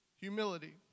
humility